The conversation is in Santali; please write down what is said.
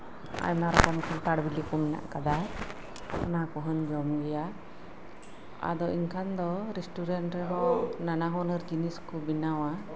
ᱟᱭᱢᱟ ᱫᱟᱨᱮ ᱵᱤᱞᱤ ᱠᱚᱦᱚᱸ ᱢᱮᱱᱟᱜ ᱠᱟᱫᱟ ᱚᱱᱟ ᱠᱚᱦᱚᱧ ᱡᱚᱢ ᱜᱮᱭᱟ ᱟᱫᱚ ᱮᱱᱠᱷᱟᱱ ᱫᱚ ᱨᱮᱥᱴᱩᱨᱮᱱᱴ ᱨᱮᱫᱚ ᱱᱟᱱᱟᱦᱩᱱᱟᱹᱨ ᱡᱤᱱᱤᱥ ᱠᱚ ᱵᱮᱱᱟᱣᱟ